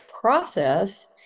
process